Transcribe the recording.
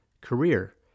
career